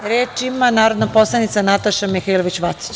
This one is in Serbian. Reč ima narodna poslanica Nataša Mihailović Vacić.